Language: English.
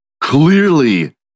Clearly